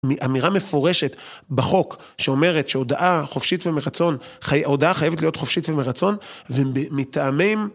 אמירה מפורשת בחוק שאומרת שההודאה חופשית ומרצון, ההודאה חייבת להיות חופשית ומרצון, ומטעמים...